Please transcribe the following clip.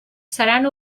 seran